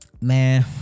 man